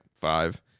five